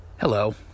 Hello